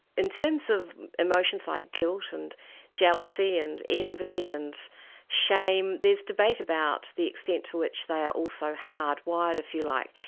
in terms of emotions like guilt and jealousy and envy and shame there's debate about the extent to which they are also hardwired, if you like.